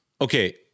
okay